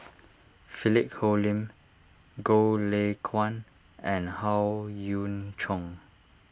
Philip Hoalim Goh Lay Kuan and Howe Yoon Chong